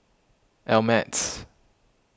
Ameltz